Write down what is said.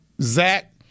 Zach